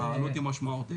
לא, העלות היא משמעותית.